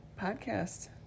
podcast